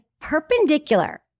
perpendicular